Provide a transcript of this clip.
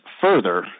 further